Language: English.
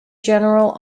general